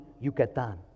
Yucatan